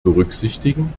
berücksichtigen